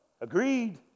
Agreed